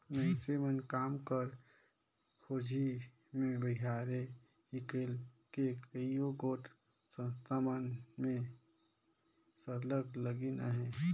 मइनसे मन काम कर खोझी में बाहिरे हिंकेल के कइयो गोट संस्था मन में सरलग लगिन अहें